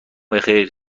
بخیر